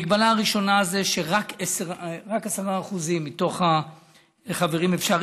המגבלה הראשונה זה שרק 10% מתוך החברים, אפשר.